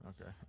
Okay